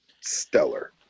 stellar